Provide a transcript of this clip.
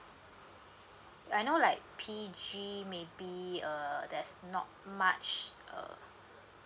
I know like P_G maybe uh there's not much uh